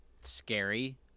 scary